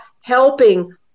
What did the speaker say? helping